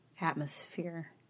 atmosphere